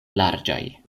larĝaj